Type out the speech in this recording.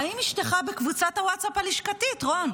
האם אשתך בקבוצת הוואטסאפ הלשכתית, רון?